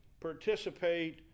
participate